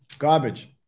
garbage